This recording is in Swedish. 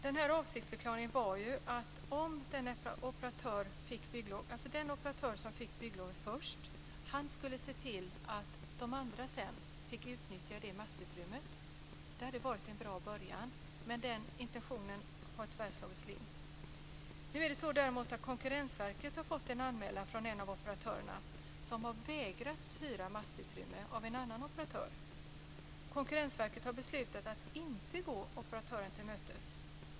Den här avsiktsförklaringen var ju att den operatör som fick bygglov först skulle se till att de andra sedan fick utnyttja det mastutrymmet. Det hade varit en bra början, men den intentionen har tyvärr slagit slint. Nu är det så att Konkurrensverket har fått en anmälan från en av operatörerna som har vägrats hyra mastutrymme av en annan operatör. Konkurrensverket har beslutat att inte gå operatören till mötes.